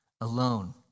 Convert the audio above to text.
alone